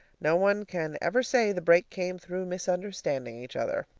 no one can ever say the break came through misunderstanding each other!